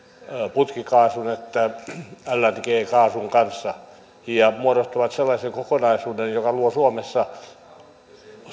putkikaasun että lng kaasun kanssa ja muodostavat sellaisen kokonaisuuden joka luo suomessa